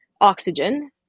oxygen